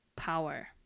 power